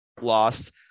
lost